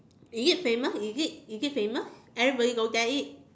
is it famous is it is it famous everybody go there eat